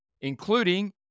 including